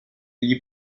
gli